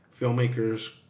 filmmakers